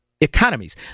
economies